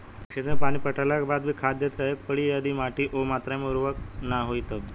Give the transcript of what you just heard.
खेत मे पानी पटैला के बाद भी खाद देते रहे के पड़ी यदि माटी ओ मात्रा मे उर्वरक ना होई तब?